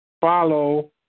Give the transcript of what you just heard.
Follow